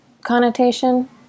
connotation